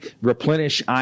replenish